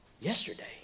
yesterday